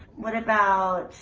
what about.